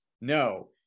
No